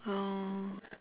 oh